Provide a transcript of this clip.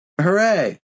Hooray